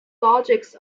logics